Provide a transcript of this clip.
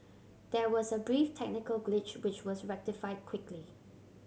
there was a brief technical glitch which was rectified quickly